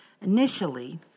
Initially